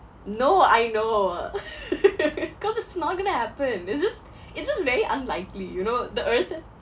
no I know because it's not going to happen it's just it's just very unlikely you know the earth